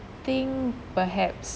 think perhaps